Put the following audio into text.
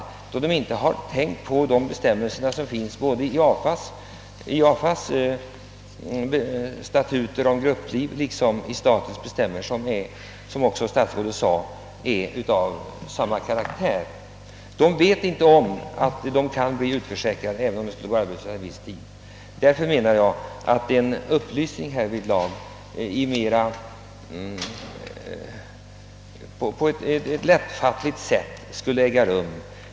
Det händer att de inte har tänkt på de bestämmelser som finns både i AFA:s och i statens statuter om grupplivförsäkring. De vet inte om att de kan bli utförsäkrade om de går arbetslösa en viss tid. Därför menar jag att upplysning härvidlag borde ges på lättfattligt sätt.